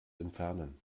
entfernen